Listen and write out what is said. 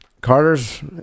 Carter's